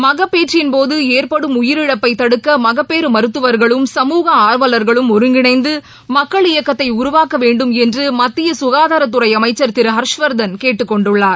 மகப்பேற்றின்போது ஏற்படும் உயிரிழப்பை தடுக்க மகப்பேறு மருத்துவர்களும் சமூக ஆர்வலர்களும் ஒருங்கிணைந்து மக்கள் இயக்கத்தை உருவாக்கவேண்டும் என்று மத்திய சுகாதாரத்துறை அமைச்சர் திரு ஹர்ஷ்வர்தன் கேட்டுக்கொண்டுள்ளார்